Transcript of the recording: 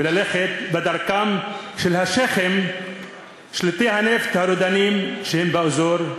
וללכת בדרכם של השיח'ים שליטי הנפט הרודנים באזור.